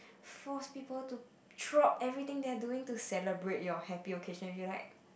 force people to drop everything they are doing to celebrate your happy occasion which is like